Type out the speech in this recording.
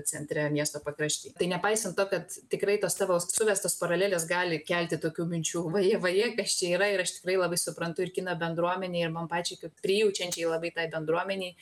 centre miesto pakrašty tai nepaisant to kad tikrai tos tavo suvestos paralelės gali kelti tokių minčių vaje vaje kas čia yra ir aš tikrai labai suprantu ir kino bendruomenę ir man pačiai kaip prijaučiančiai labai tai bendruomenei